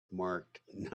marked